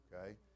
okay